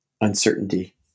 uncertainty